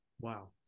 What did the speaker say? Wow